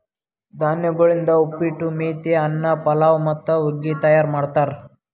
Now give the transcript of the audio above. ಧಾನ್ಯಗೊಳಿಂದ್ ಉಪ್ಪಿಟ್ಟು, ಮೇತಿ ಅನ್ನ, ಪಲಾವ್ ಮತ್ತ ಹುಗ್ಗಿ ತೈಯಾರ್ ಮಾಡ್ತಾರ್